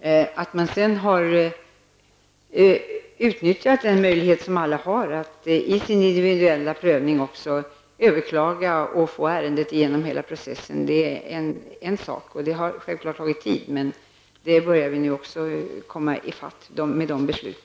Sedan är det en annan sak att man har utnyttjat den möjlighet som alla har till individuell prövning, att överklaga och dra ärendena igenom hela processen. Det har självfallet tagit tid, men vi börjar nu komma ifatt med dessa beslut.